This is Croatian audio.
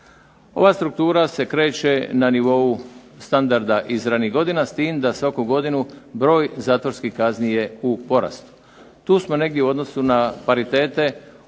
Ova struktura se kreće na nivou standarda iz ranijih godina s tim da svaku godinu broj zatvorskih kazni je u porastu. Tu smo negdje u odnosu na paritete